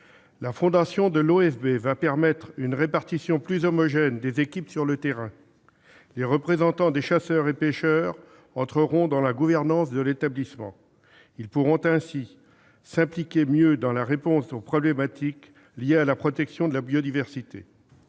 La fondation de l'OFB permettra une répartition plus homogène des équipes sur le terrain. Les représentants des chasseurs et pêcheurs entreront dans la gouvernance de l'établissement. Ils pourront ainsi s'impliquer mieux dans la réponse aux problématiques liées à la protection de la biodiversité.